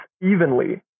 evenly